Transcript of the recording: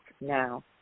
now